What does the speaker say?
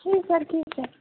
جی sir ٹھیک ہے